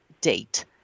date